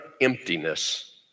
emptiness